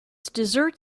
dessert